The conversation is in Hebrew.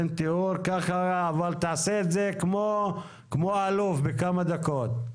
אבל תעשה את זה כמו אלוף, בכמה דקות.